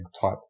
type